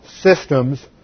systems